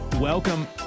Welcome